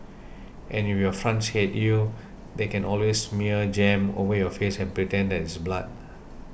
and if your friends hate you they can always smear jam over your face and pretend that it's blood